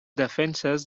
defenses